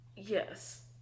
Yes